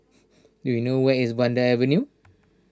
do you know where is Vanda Avenue